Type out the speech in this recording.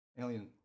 Alien